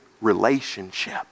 relationship